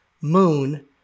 moon